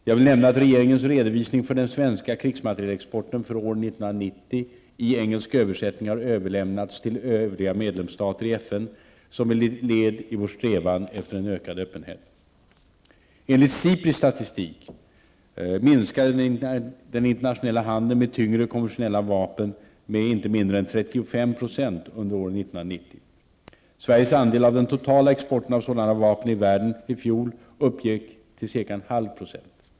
Jag vill nämna att regeringens redovisning för den svenska krigsmaterielexporten för år 1990 i engelsk översättning har överlämnats till övriga medlemsstater i FN som ett led i vår strävan efter en ökad öppenhet. Enligt SIPRIs statistik minskade den internationella handeln med tyngre konventionella vapen med inte mindre än 35 % under år 1990. Sveriges andel av den totala exporten av sådana vapen i världen i fjol uppgick till ca 0,5 %.